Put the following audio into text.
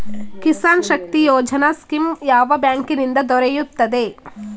Kisan Shakti Yojana scheme ಯಾವ bank ನಿಂದ ದೊರೆಯುತ್ತದೆ?